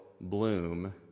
bloom